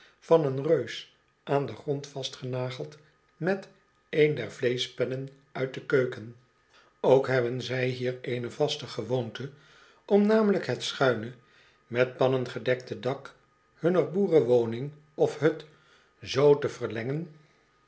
van een reus aan den grond vastgenageld met een der vleeschpennen uit de keuken ook hebben zij hier eene vaste gewoonte om namelijk het schuine met pannen gedekte dak hunner boerenwoning of hut zoo te verlengen